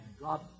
God